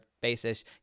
basis